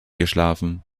geschlafen